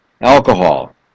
alcohol